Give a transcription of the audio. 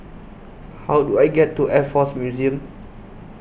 How Do I get to Air Force Museum